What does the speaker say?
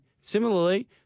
Similarly